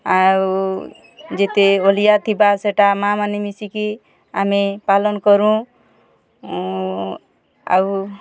ଆଉ ଯେତେ ଅଳିଆ ଥିବା ସେଇଟା ମାଆମାନେ ମିଶି କି ଆମେ ପାଲନ୍ କରୁଁ ଆଉ